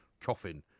coffin